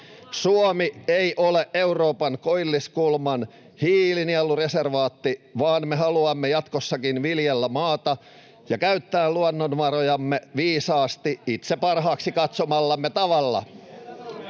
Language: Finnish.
Suomi ei ole Euroopan koilliskulman hiilinielureservaatti, vaan me haluamme jatkossakin viljellä maata ja käyttää luonnonvarojamme viisaasti itse parhaaksi katsomallamme tavalla.